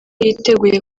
yiteguye